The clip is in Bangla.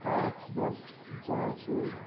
কাজ বাজ যা আছে